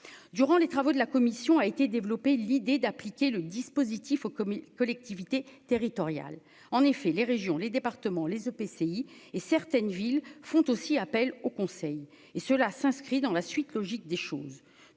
durant les travaux de la commission a été développé l'idée d'appliquer le dispositif aux communes, collectivités territoriales, en effet, les régions, les départements, les EPCI et certaines villes font aussi appel au Conseil et cela s'inscrit dans la suite logique des choses,